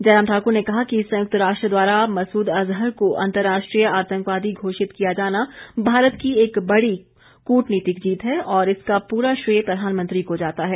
जयराम ठाक्र ने कहा कि संयुक्त राष्ट्र द्वारा मसूद अजहर को अंतर्राष्ट्रीय आतंकवादी घोषित किया जाना भारत की एक बड़ी कूटनीतिक जीत है और इसका पूरा श्रेय प्रधानमंत्री को जाता है